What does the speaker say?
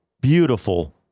Beautiful